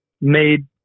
made